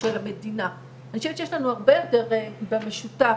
בסך הכל התכנית בישראל דומה מאוד למה שקורה בהרבה ארצות אחרות,